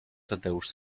tadeusz